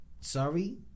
Sorry